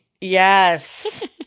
yes